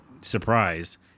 surprise